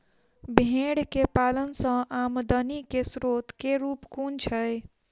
भेंर केँ पालन सँ आमदनी केँ स्रोत केँ रूप कुन छैय?